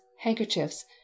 handkerchiefs